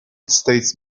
states